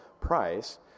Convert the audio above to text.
price